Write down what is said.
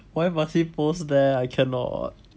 why must he post that I cannot